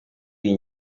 iyi